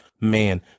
man